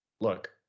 look